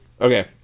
Okay